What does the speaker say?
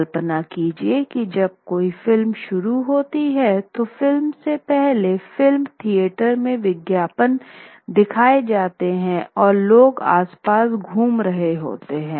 कल्पना कीजिए कि जब कोई फिल्म शुरू होती है तो फिल्म से पहले फिल्म थियेटर में विज्ञापन दिखाए जाते है और लोग आसपास घूम रहे होते है